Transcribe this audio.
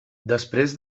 després